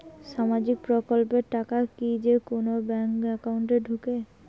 সামাজিক প্রকল্পের টাকা কি যে কুনো ব্যাংক একাউন্টে ঢুকে?